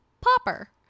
Popper